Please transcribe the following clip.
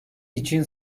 için